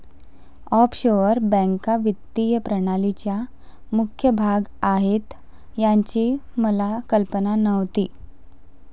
offshore बँका वित्तीय प्रणालीचा मुख्य भाग आहेत याची मला कल्पना नव्हती